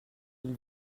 ils